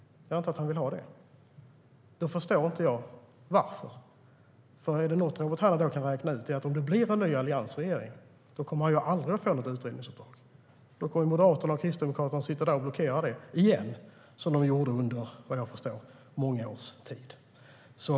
Jag förstår inte varför, för något som Robert Hannah då kan räkna ut är att om det blir en ny alliansregering kommer han ju aldrig att få något utredningsuppdrag. Då kommer Moderaterna och Kristdemokraterna att blockera det igen, som de gjorde, vad jag förstår, under många års tid.